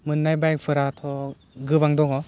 मोननाय बाइकफोराथ' गोबां दङ